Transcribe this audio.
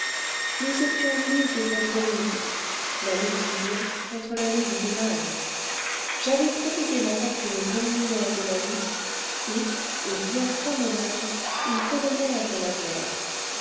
nous étions ligue contre ligue la ligue du bien contre la ligue du mal j'avais prodigué ma fortune aux préliminaires de la lutte et au bien comme au mal il faut le nerf de la guerre